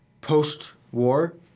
post-war